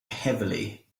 heavily